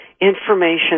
information